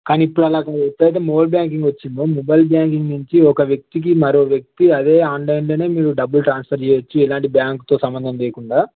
కానీ ఇప్పుడు అలా కాదు ఎప్పుడు అయితే మోర్ బ్యాంకింగ్ వచ్చిందో మొబైల్ బ్యాంకింగ్ నుంచి ఒక వ్యక్తి కి మరో వ్యక్తి అదే ఆన్లైన్లోనే మీరు డబ్బులు ట్రాన్స్ఫర్ చెయ్యచ్చు ఎలాంటి బ్యాంకుతో సంబంధం లేకుండా